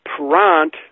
perrant